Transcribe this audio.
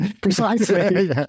Precisely